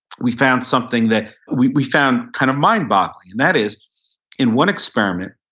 we found something that we we found kind of mind boggling. and that is in one experiment,